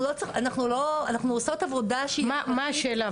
אנחנו עושות עבודה שהיא --- מה השאלה,